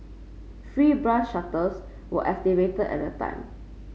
free bus shuttles were activated at the time